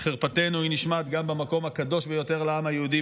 ולחרפתנו היא נשמעת גם במקום הקדוש ביותר לעם היהודי,